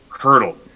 hurdle